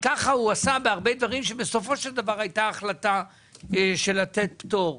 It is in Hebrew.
עשה כך בהרבה דברים שבסופו של דבר הייתה החלטה של לתת פטור,